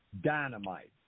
Dynamite